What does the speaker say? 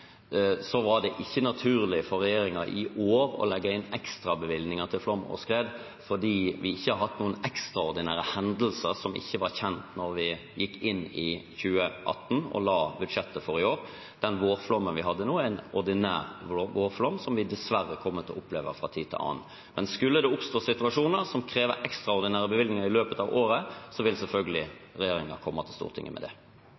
var det ikke naturlig for regjeringen i år å legge inn ekstrabevilgninger til flom og skred, for vi har ikke hatt noen ekstraordinære hendelser som ikke var kjente da vi la budsjettet for 2018. Den vårflommen vi hadde nå, er en ordinær vårflom, som vi dessverre kommer til å oppleve fra tid til annen. Men skulle det oppstå situasjoner som krever ekstra bevilgninger i løpet av året, vil selvfølgelig regjeringen komme til Stortinget med det.